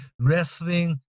Wrestling